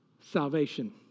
salvation